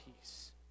peace